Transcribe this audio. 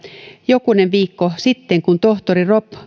jokunen viikko sitten kun tohtori rob